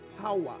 power